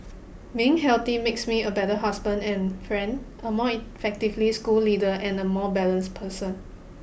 being healthy makes me a better husband and friend a more effectively school leader and a more balanced person